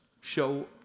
show